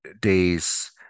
days